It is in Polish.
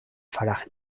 falach